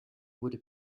wurde